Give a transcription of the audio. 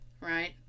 right